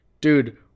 dude